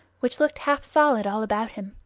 which looked half solid all about him.